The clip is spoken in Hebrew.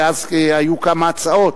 ואז היו כמה הצעות.